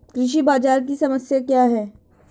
कृषि बाजार की समस्या क्या है?